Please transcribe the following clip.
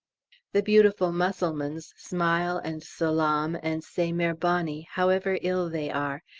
the beautiful mussulmans smile and salaam and say merbani, however ill they are,